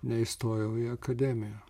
neįstojau į akademiją